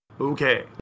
Okay